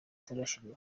international